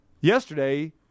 yesterday